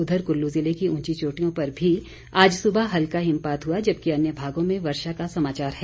उधर कुल्लू जिले की उंची चोटियों पर भी आज सुबह हल्का हिमपात हुआ जबकि अन्य भागों में वर्षा का समाचार है